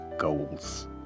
goals